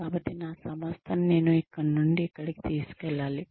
కాబట్టి నా సంస్థను నేను ఇక్కడ నుండి ఇక్కడికి తీసుకెళ్లాలి